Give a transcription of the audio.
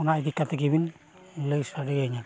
ᱚᱱᱟ ᱤᱫᱤ ᱠᱟᱛᱮᱫ ᱜᱮᱵᱤᱱ ᱞᱟᱹᱭ ᱥᱟᱰᱮᱭᱤᱧᱟ